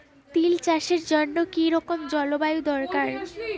তিল চাষের জন্য কি রকম জলবায়ু দরকার?